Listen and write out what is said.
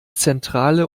zentrale